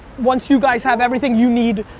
once you guys have everything you need,